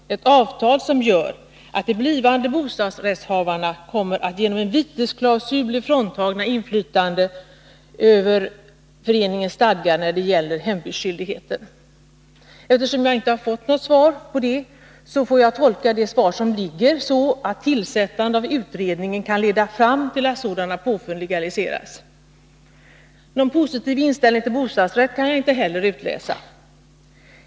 Detta avtal gör att de blivande bostadsrättshavarna genom en vitesklausul kommer att bli fråntagna inflytandet över föreningens stadgar när det gäller hembudsskyldigheten. Eftersom jag inte har fått något svar i det avseendet, får jag tolka det svar som föreligger så, att tillsättandet av utredningen kan leda fram till att sådana påfund kan legaliseras. Någon positiv inställning till bostadsrätter kan jag inte heller utläsa.